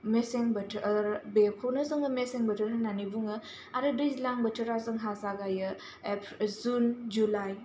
मेसें बोथोर बेखौनो जोङो मेसें बोथोर होननानै बुङो आरो दैज्लां बोथोरा जोंहा जागायो एप जुन जुलाइ